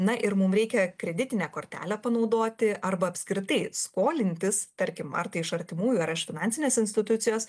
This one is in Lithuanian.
na ir mum reikia kreditinę kortelę panaudoti arba apskritai skolintis tarkim ar tai iš artimųjų ar iš finansinės institucijos